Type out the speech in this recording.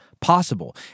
possible